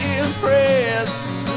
impressed